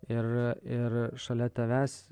ir ir šalia tavęs